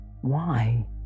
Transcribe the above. Why